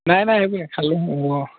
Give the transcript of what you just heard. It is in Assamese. নাই নাই সেইবোৰ নেখালোঁ অঁ